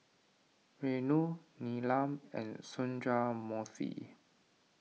Renu Neelam and Sundramoorthy